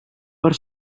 per